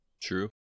true